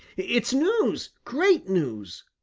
it's news great news!